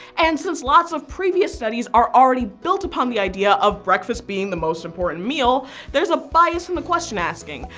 and since lots of previous studies are already built upon the idea of breakfast being the most important meal there's a bias in the question asking,